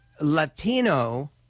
Latino